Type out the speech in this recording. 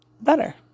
better